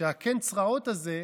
וקן הצרעות הזה,